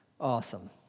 awesome